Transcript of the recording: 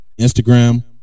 Instagram